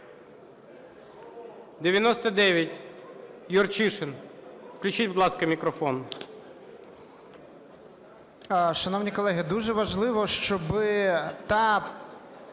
99, Юрчишин. Включіть, будь ласка, мікрофон.